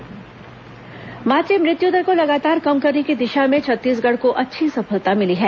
मात्र मृत्यु दर मात मृत्यु दर को लगातार कम करने की दिशा में छत्तीसगढ़ को अच्छी सफलता मिली है